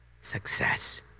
success